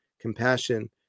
compassion